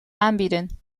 aanbieden